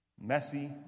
Messy